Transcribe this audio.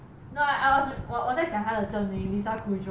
no I wasn't 我在想她的真名 lisa kudrow